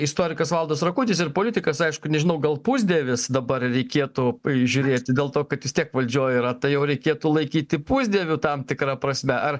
istorikas valdas rakutis ir politikas aišku nežinau gal pusdievis dabar reikėtų prižiūrėti dėl to kad jis tiek valdžioj yra tai jau reikėtų laikyti pusdieviu tam tikra prasme ar